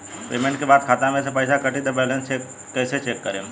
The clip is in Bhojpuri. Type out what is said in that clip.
पेमेंट के बाद खाता मे से पैसा कटी त बैलेंस कैसे चेक करेम?